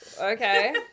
Okay